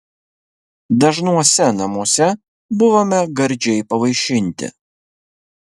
dažnuose namuose buvome gardžiai pavaišinti